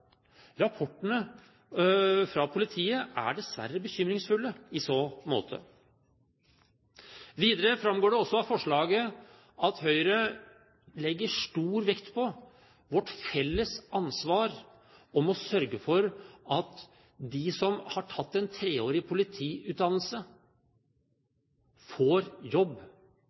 Rapportene fra politiet er dessverre bekymringsfulle i så måte. Videre framgår det også av forslaget at Høyre legger stor vekt på vårt felles ansvar for å sørge for at de som har tatt en treårig politiutdannelse, får jobb.